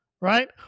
right